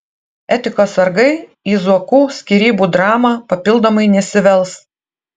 etikos sargai į zuokų skyrybų dramą papildomai nesivels